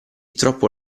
troppo